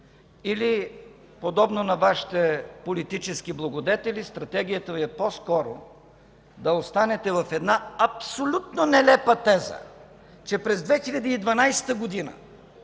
или подобно на Вашите политически благодетели Стратегията Ви е по-скоро да останете в една абсолютно нелепа теза, че през 2012 г.